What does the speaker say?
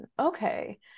Okay